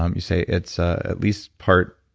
um you say it's ah at least part,